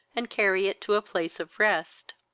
and carry it to a place of rest.